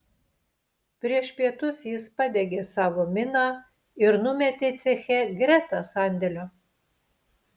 prieš pietus jis padegė savo miną ir numetė ceche greta sandėlio